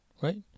Right